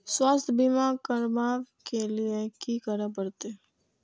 स्वास्थ्य बीमा करबाब के लीये की करै परतै?